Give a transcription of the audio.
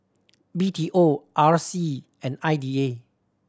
B T O R C and I D A